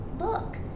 look